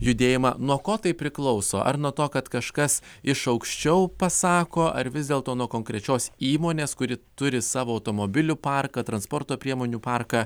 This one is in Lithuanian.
judėjimą nuo ko tai priklauso ar nuo to kad kažkas iš aukščiau pasako ar vis dėlto nuo konkrečios įmonės kuri turi savo automobilių parką transporto priemonių parką